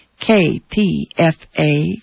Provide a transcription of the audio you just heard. K-P-F-A